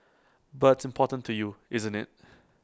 but it's important to you isn't IT